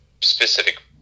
specific